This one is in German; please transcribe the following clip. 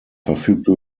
verfügte